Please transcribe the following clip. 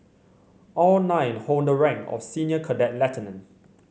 all nine hold the rank of senior cadet lieutenant